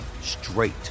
straight